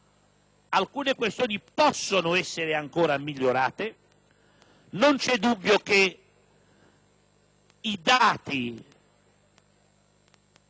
alcune questioni possono essere ancora migliorate. Non c'è dubbio che i dati